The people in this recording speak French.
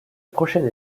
prochaine